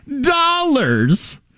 dollars